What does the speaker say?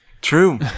true